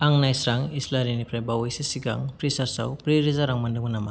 आं नायस्रां इस्लारिनिफ्राय बावैसो सिगाङव फ्रिसार्जआव ब्रै रोजा रां मोनदोंमोन नामा